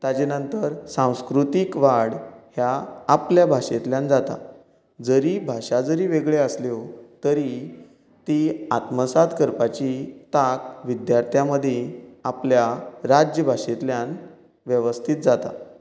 ताजे नंतर सांस्कृतीक वाड ह्या आपल्या भाशेंतल्यान जाता जरी भाशा जरी वेगळ्यो आसल्यो तरी ती आत्मसात करपाची तांक विद्यार्थ्यां मदी आपल्या राज्यभाशेंतल्यान वेवस्थीत जाता